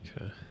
Okay